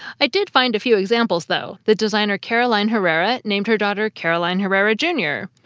i did find a few examples though. the designer caroline herrera named her daughter caroline herrera jr,